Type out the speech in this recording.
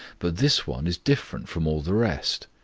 but this one is different from all the rest.